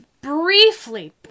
briefly